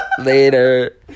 Later